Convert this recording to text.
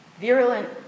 virulent